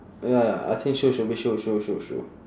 ya I think shoe should be shoe shoe shoe shoe